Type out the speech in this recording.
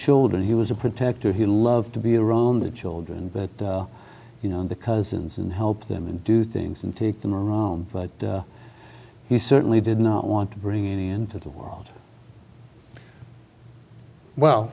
children he was a protector he loved to be around the children but you know the cousins and helped him and do things and take them around but he certainly did not want to bring into the world well